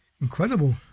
Incredible